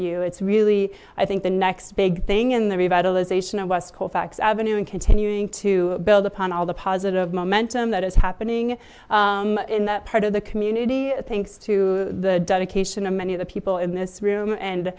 you it's really i think the next big thing in the revitalization of west colfax avenue and continuing to build upon all the positive momentum that is happening in that part of the community thanks to the dedication of many of the people in this room and